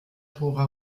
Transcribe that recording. tora